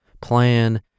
plan